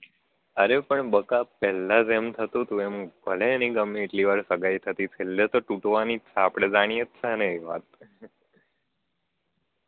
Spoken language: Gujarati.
અરે પણ બકા પહેલાં એમ થતું હતું એમ ભલે એની ગમે એટલી વાર સગાઈ થતી છેલ્લે તો તૂટવાની જ છે આપણે તો જાણીએ જ છીએ ને એ વાત